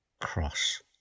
cross